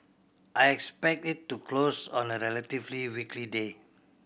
I expect it to close on a relatively weakly day